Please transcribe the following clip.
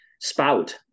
spout